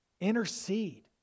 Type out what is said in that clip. intercede